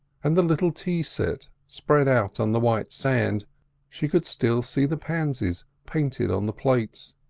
and the little tea-set spread out on the white sand she could still see the pansies painted on the plates,